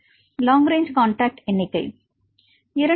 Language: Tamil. மாணவர் long range contact long range contact எண்ணிக்கை